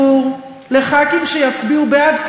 או חלוקת כסף כיס מכיסי הציבור לח"כים שיצביעו בעד,